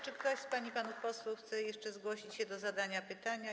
Czy ktoś z pań i panów posłów chce jeszcze zgłosić się do zadania pytania?